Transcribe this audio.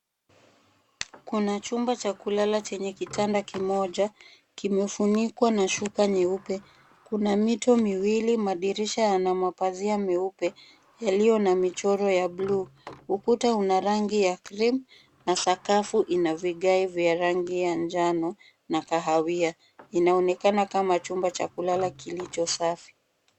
Kuna chumba cha kulala chenye kitanda kimoja kimefunikwa na shuka nyeupe. Kuna mito miwili. Madirisha yana mapazia meupe yaliyo na michoro ya blue . Ukuta una rangi ya cream na sakafu ina vigae vya rangi ya njano na kahawia. Inaonekana kama chumba cha kulala kilicho safi.